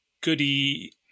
goody